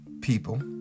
people